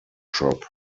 shop